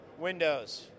windows